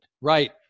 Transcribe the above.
Right